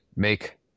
make